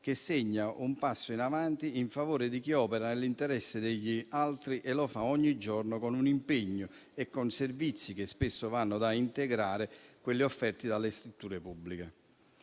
che segna un passo in avanti in favore di chi opera nell'interesse degli altri e lo fa ogni giorno, con un impegno e con servizi che spesso vanno a integrare quelli offerti dalle strutture pubbliche.